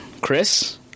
Chris